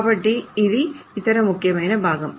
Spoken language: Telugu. కాబట్టి ఇది ఇతర ముఖ్యమైన భాగం